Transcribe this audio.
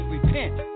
Repent